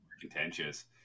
contentious